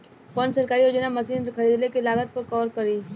कौन सरकारी योजना मशीन खरीदले के लागत के कवर करीं?